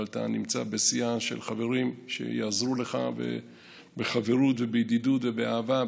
אבל אתה נמצא בסיעה של חברים שיעזרו לך בחברות ובידידות ובאהבה.